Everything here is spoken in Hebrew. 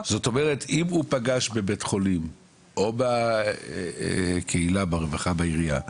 זאת אומרת אם הוא פגש בבית חולים או בקהילה ברווחה בעירייה,